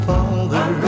Father